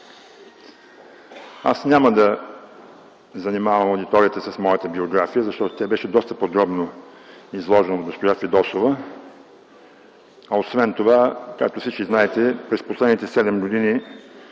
Аз няма да занимавам аудиторията с моята биография, защото тя беше доста подробно изложена от госпожа Фидосова, а освен това, както всички знаете, през последните седем години